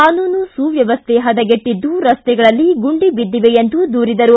ಕಾನೂನು ಸುವ್ಕವಸ್ಥೆ ಹದಗೆಟ್ಟದ್ದು ರಸ್ತೆಗಳಲ್ಲಿ ಗುಂಡಿ ಬಿದ್ದಿವೆ ಎಂದು ದೂರಿದರು